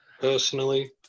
personally